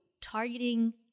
targeting